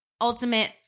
ultimate